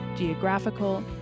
geographical